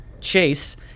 Chase